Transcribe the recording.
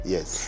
Yes